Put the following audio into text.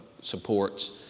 supports